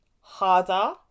harder